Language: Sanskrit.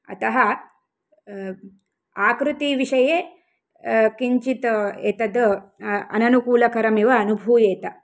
अतः आकृतिविषये किञ्चित् एतद् अननुकूलकरम् एव अनुभूयेत्